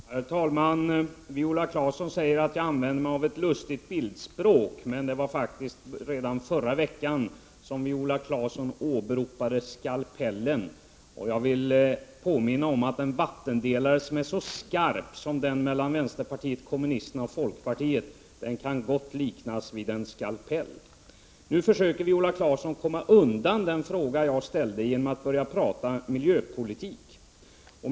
Herr talman! Viola Claesson säger att jag använder ett lustigt bildspråk. Men det var faktiskt Viola Claesson som i förra veckan åberopade skalpellen. Jag vill också påminna om att en vattendelare som är så skarp som den mellan vpk och folkpartiet gott kan liknas vid en skalpell. Nu försöker Viola Claesson komma undan den fråga jag ställde genom att börja prata miljöpolitik.